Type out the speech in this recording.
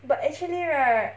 but actually right